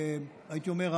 הייתי אומר,